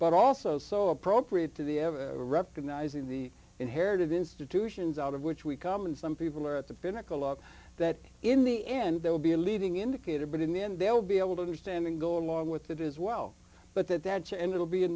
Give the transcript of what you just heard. but also so appropriate to the recognising the inherited institutions out of which we come and some people are at the pinnacle of that in the end there will be a leading indicator but in the end they'll be able to understand and go along with that as well but that that will be in